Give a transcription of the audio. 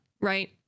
right